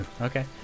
okay